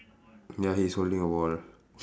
ya he's holding a wall